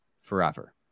forever